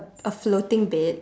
a floating bed